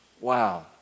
Wow